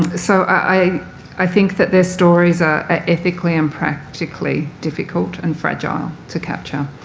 so i i think that their stories are ethically and practically difficult and fragile to capture.